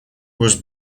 was